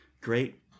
great